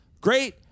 great